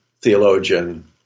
theologian